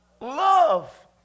love